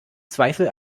zweifel